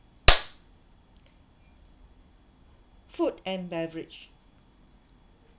food and beverage